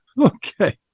okay